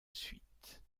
suite